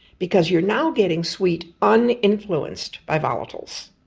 because you are now getting sweet uninfluenced by volatiles.